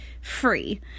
free